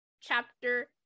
chapter